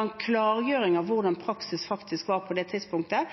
en klargjøring av hvordan praksis faktisk var på det tidspunktet,